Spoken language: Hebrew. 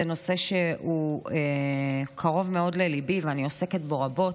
נושא שהוא קרוב מאוד לליבי ואני עוסקת בו רבות,